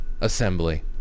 assembly